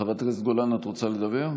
חברת הכנסת גולן, את רוצה לדבר?